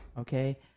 Okay